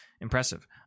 Impressive